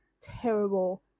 terrible